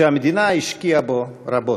והמדינה השקיעה בו רבות.